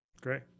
Great